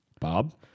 Bob